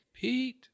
Pete